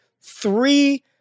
three